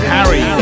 Harry